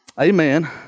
Amen